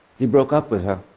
he broke up with her.